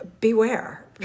beware